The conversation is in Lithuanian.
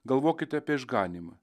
galvokite apie išganymą